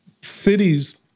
cities